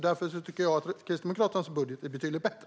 Därför tycker jag att Kristdemokraternas budget är betydligt bättre.